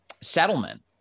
settlement